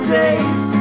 days